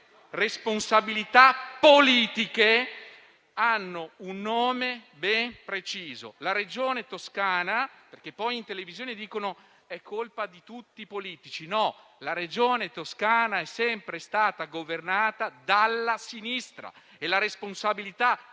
responsabilità politiche hanno un nome ben preciso: la Regione Toscana - perché poi in televisione dicono che è colpa di tutti i politici - è sempre stata governata dalla sinistra e la responsabilità